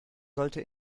sollte